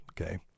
okay